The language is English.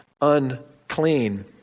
unclean